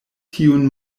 tiun